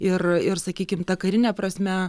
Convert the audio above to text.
ir ir sakykim ta karine prasme